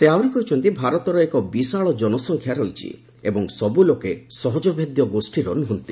ସେହି ଆହୁରି କହିଛନ୍ତି ଭାରତର ଏକ ବିଶାଳ ଜନସଂଖ୍ୟା ରହିଛି ଏବଂ ସବୁ ଲୋକେ ସହଜଭେଦ୍ୟ ଗୋଷ୍ଠୀର ନୁହନ୍ତି